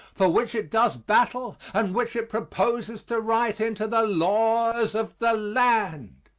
for which it does battle and which it proposes to write into the laws of the land.